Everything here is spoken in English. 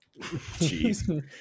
Jeez